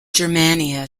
germania